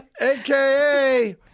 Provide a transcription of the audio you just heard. aka